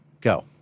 Go